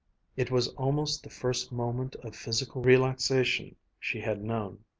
it was almost the first moment of physical relaxation she had known,